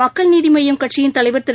மக்கள் நீதி மய்யம் கட்சியின் தலைவர் திரு